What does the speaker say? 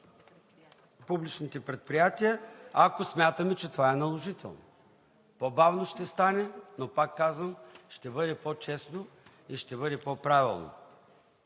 публичните предприятия, ако смятаме, че това е наложително. По-бавно ще стане, но, пак казвам, ще бъде по-честно и ще бъде по-правилно.